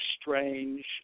strange